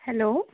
hello